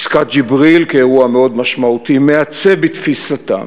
עסקת ג'יבריל כאירוע מאוד משמעותי, מעצב, בתפיסתם,